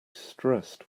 stressed